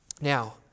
Now